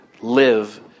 Live